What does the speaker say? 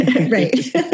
Right